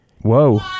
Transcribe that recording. Whoa